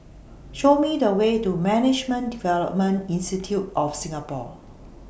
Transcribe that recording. Show Me The Way to Management Development Institute of Singapore